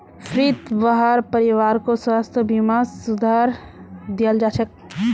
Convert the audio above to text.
फ्रीत वहार परिवारकों स्वास्थ बीमार सुविधा दियाल जाछेक